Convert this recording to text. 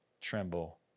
tremble